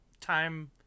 time